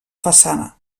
façana